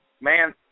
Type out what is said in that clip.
man